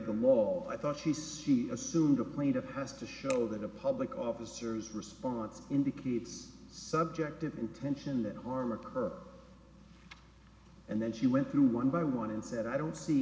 all i thought she said she assumed a plaintiff has to show that a public officers response indicates subject intention that harm occur and then she went through one by one and said i don't see